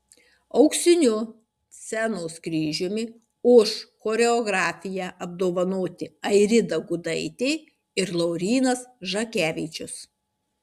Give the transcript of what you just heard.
auksiniu scenos kryžiumi už choreografiją apdovanoti airida gudaitė ir laurynas žakevičius